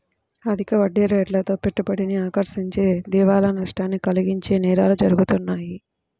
అధిక వడ్డీరేట్లతో పెట్టుబడిని ఆకర్షించి దివాలా నష్టాన్ని కలిగించే నేరాలు జరుగుతాయి